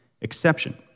exception